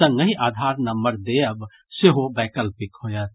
संगहि आधार नम्बर देयब सेहो वैकल्पिक होयत